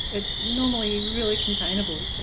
it's normally really containable.